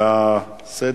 נמנעים.